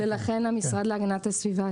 ולכן המשרד להגנת הסביבה,